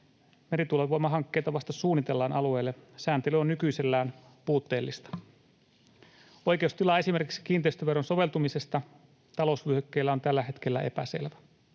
Merituulivoimahankkeita vasta suunnitellaan alueelle. Sääntely on nykyisellään puutteellista. Oikeustila esimerkiksi kiinteistöveron soveltumisesta talousvyöhykkeellä on tällä hetkellä epäselvä.